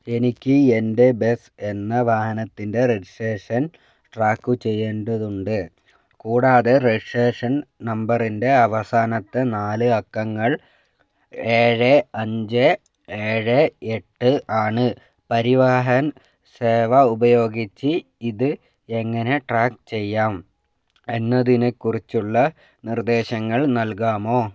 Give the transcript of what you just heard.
എനിക്ക് എൻ്റെ ബസ് എന്ന വാഹനത്തിൻ്റെ രജിസ്ട്രേഷൻ ട്രാക്ക് ചെയ്യേണ്ടതുണ്ട് കൂടാതെ രജിട്രേഷൻ നമ്പറിൻ്റെ അവസാനത്തെ നാല് അക്കങ്ങൾ ഏഴ് അഞ്ച് ഏഴ് എട്ട് ആണ് പരിവാഹൻ സേവ ഉപയോഗിച്ച് ഇത് എങ്ങനെ ട്രാക്ക് ചെയ്യാം എന്നതിനെക്കുറിച്ചുള്ള നിർദ്ദേശങ്ങൾ നൽകാമോ